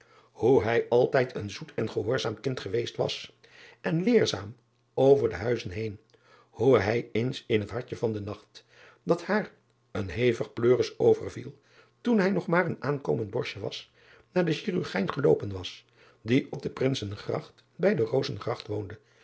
oe hij altijd een zoet en gehoorzaam kind geweest was en leerzaam over de huizen heen hoe hij eens in het hartje van den nacht dat haar een hevig pleuris overviel toen hij nog maar een aankomend borstje was naar den hirurgijn geloopen was die op de rinsegracht driaan oosjes zn et leven van aurits ijnslager bij de ozegracht woonde